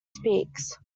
speaks